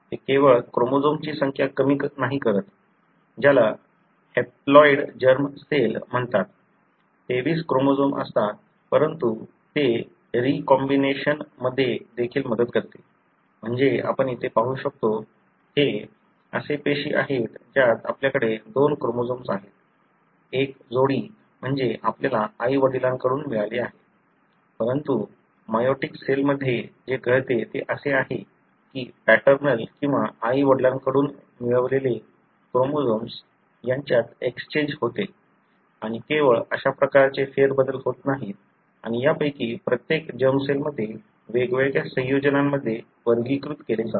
ते केवळ क्रोमोझोम्सची संख्या कमी नाही करत ज्याला हॅप्लॉइड जर्म सेल म्हणतात 23 क्रोमोझोम असतात परंतु ते रिकॉम्बिनेशन मध्ये देखील मदत करते म्हणजे आपण इथे पाहू शकतो हे असे पेशी आहेत ज्यात आपल्याकडे दोन क्रोमोझोम आहेत एक जोडी म्हणजे आपल्याला आई वडिलांकडून मिळाले आहे परंतु मेयोटिक सेलमध्ये जे घडते ते असे आहे की पॅटर्नल किंवा आई वडिलांकडून मिळवलेले क्रोमोझोम यांच्यात एक्सचेंज होते आणि केवळ अशा प्रकारचे फेरबदल होत नाहीत आणि यापैकी प्रत्येक जर्म सेलमध्ये वेगवेगळ्या संयोजनांमध्ये वर्गीकृत केले जातात